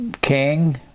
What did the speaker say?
king